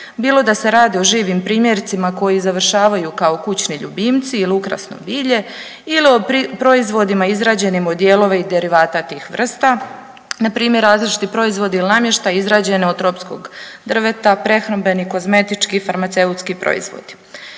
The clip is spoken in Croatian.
bilo da se radi o živim primjercima koji završavaju kao kućni ljubimci ili ukrasno bilje ili o proizvodima izrađenim od dijelova i derivata tih vrsta. Na primjer različiti proizvodi ili namještaji izrađeni od tropskog drveta, prehrambeni, kozmetički, farmaceutski proizvodi.